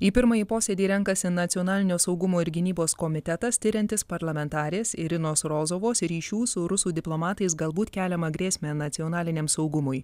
į pirmąjį posėdį renkasi nacionalinio saugumo ir gynybos komitetas tiriantis parlamentarės irinos rozovos ryšių su rusų diplomatais galbūt keliamą grėsmę nacionaliniam saugumui